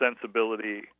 sensibility